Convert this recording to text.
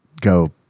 go